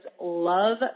love